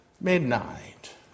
midnight